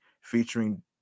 featuring